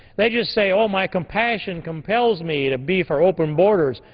they just say, oh, my compassion compels me to be for open borders,